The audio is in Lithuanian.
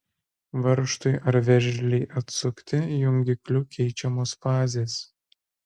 varžtui ar veržlei atsukti jungikliu keičiamos fazės